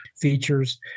features